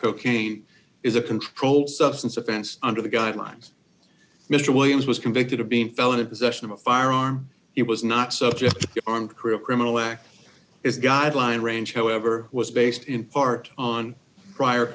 cocaine is a controlled substance offense under the guidelines mr williams was convicted of being a felon in possession of a firearm he was not subject armed criminal act is guideline range however was based in part on prior